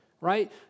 right